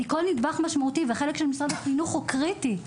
כי כל נדבך משמעותי והחלק של משרד החינוך הוא קריטי,